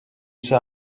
ise